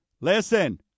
listen